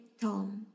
Tom